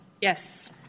Yes